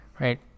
right